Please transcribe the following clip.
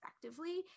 effectively